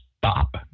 stop